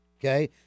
Okay